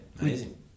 amazing